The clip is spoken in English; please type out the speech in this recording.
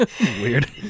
Weird